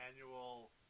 annual